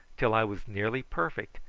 till i was nearly perfect,